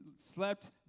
slept